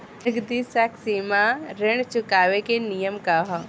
नगदी साख सीमा ऋण चुकावे के नियम का ह?